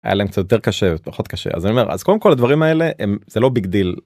היה להם קצת יותר קשה ופחות קשה אז אני אומר אז קודם כל הדברים האלה הם זה לא ביג דיל.